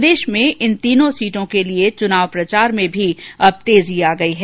प्रदेश में इन तीनों सीटों के लिए चुनाव प्रचार में भी तेजी आ गई है